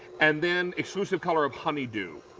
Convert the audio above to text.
and then exclusive color of honey do.